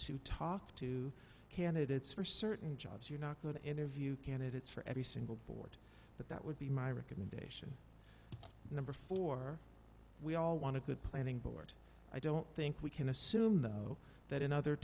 to talk to candidates for certain jobs you're not going to interview candidates for every single board but that would be my recommendation number four we all want to good planning board i don't think we can assume though that in other